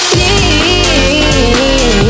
need